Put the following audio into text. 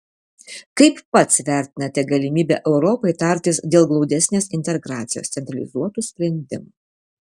kaip pats vertinate galimybę europai tartis dėl glaudesnės integracijos centralizuotų sprendimų